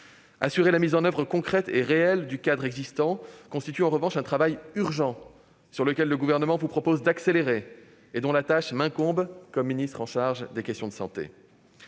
Assurer la mise en oeuvre concrète et réelle du cadre existant constitue en revanche un travail urgent, sur lequel le Gouvernement vous propose d'accélérer et dont la tâche m'incombe en tant que ministre chargé des questions de santé.